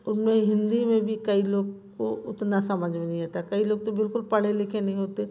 उनमें हिंदी में भी कई लोग को उतना समझ में नहीं आता कई लोग तो बिल्कुल पढ़े लिखे नहीं होते